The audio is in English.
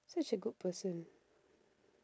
such a good person